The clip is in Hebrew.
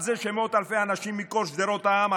על זה שמאות אלפי אנשים מכל שדרות העם,